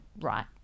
right